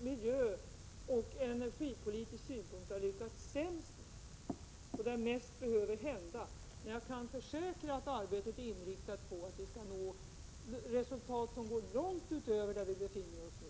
miljöoch energipolitisk synpunkt lyckats sämst med. Det är på detta område som det behöver hända mest. Men jag kan försäkra att arbetet är inriktat på att vi skall nå resultat som går långt utöver vad som gäller i dag.